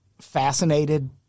fascinated